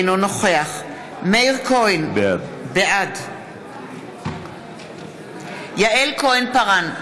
אינו נוכח מאיר כהן, בעד יעל כהן-פארן,